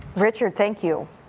richard, thank you.